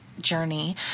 journey